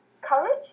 Courage